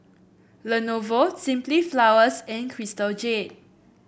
Lenovo Simply Flowers and Crystal Jade